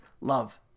love